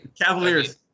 Cavaliers